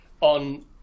on